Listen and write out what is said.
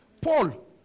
Paul